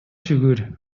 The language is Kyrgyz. шүгүр